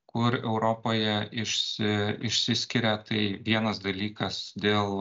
kur europoje išsi išsiskiria tai vienas dalykas dėl